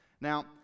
Now